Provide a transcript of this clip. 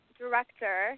director